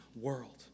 world